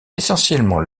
essentiellement